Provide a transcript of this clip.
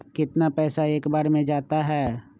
कितना पैसा एक बार में जाता है?